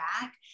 back